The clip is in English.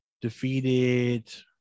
Defeated